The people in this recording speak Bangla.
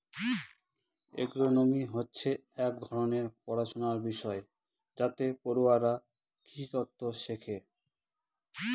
এগ্রোনোমি হচ্ছে এক ধরনের পড়াশনার বিষয় যাতে পড়ুয়ারা কৃষিতত্ত্ব শেখে